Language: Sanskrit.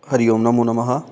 हरिः ओं नमो नमः